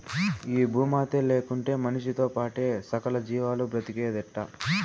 ఈ భూమాతే లేకుంటే మనిసితో పాటే సకల జీవాలు బ్రతికేదెట్టా